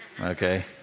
Okay